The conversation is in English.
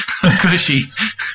cushy